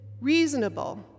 reasonable